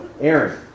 Aaron